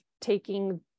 taking